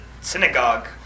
synagogue